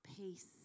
peace